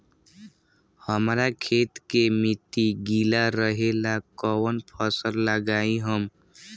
हमरा खेत के मिट्टी गीला रहेला कवन फसल लगाई हम?